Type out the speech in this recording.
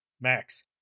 Max